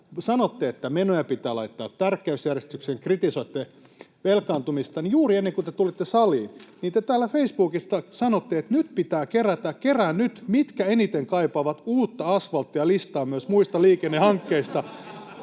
sanotte, että menoja pitää laittaa tärkeysjärjestykseen, kritisoitte velkaantumista, [Timo Heinonen: Kyllä!] mutta juuri ennen kuin te tulitte saliin, te täällä Facebookissa sanoitte, että kerään nyt teitä, mitkä eniten kaipaavat uutta asfalttia, listaa myös muista liikennehankkeista,